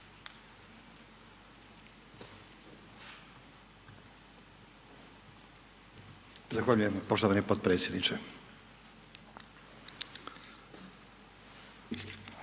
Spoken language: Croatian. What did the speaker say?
Zahvaljujem poštovani potpredsjedniče.